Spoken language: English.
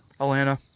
Atlanta